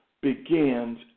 begins